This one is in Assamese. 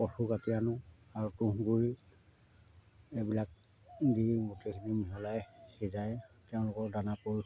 কচু কাটি আনোঁ আৰু তুঁহগুৰি এইবিলাক দি গোটেইখিনি মিহলাই সিজাই তেওঁলোকৰ দানা কৰোঁ